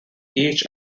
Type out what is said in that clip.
each